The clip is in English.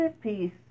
peace